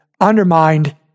undermined